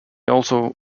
also